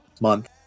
month